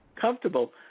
comfortable